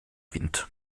wind